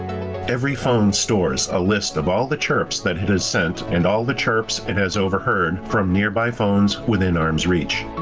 every phone stores a list of all the chirps that it has sent and all the chirps it has overheard from nearby phones within arm's reach.